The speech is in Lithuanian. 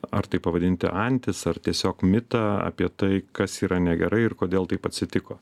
ar tai pavadinti antis ar tiesiog mitą apie tai kas yra negerai ir kodėl taip atsitiko